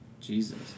Jesus